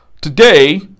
today